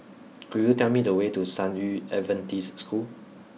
could you tell me the way to San Yu Adventist School